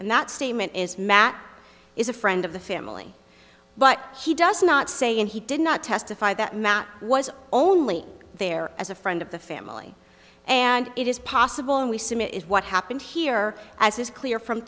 and that statement is matt is a friend of the family but he does not say and he did not testify that matt was only there as a friend of the family and it is possible and we submit what happened here as is clear from